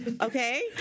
okay